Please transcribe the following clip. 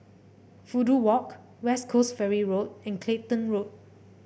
Fudu Walk West Coast Ferry Road and Clacton Road